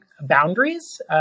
boundaries